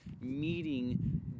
meeting